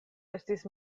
estis